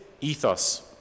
ethos